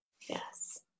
yes